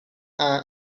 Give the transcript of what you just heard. and